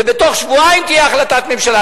ובתוך שבועיים תהיה החלטת ממשלה.